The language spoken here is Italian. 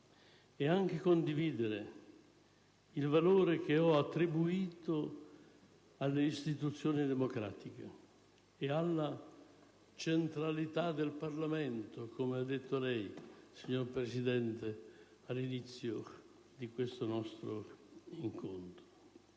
e anche condividere il valore che ho attribuito alle istituzioni democratiche e alla centralità del Parlamento - come ha detto lei, signor Presidente, all'inizio di questo nostro incontro